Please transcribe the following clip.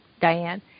Diane